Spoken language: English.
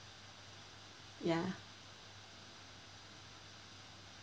ya